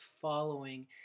following